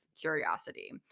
curiosity